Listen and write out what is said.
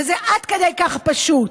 וזה עד כדי כך פשוט.